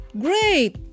Great